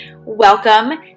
welcome